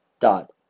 dot